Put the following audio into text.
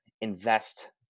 invest